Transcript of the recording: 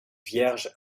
vierge